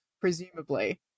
presumably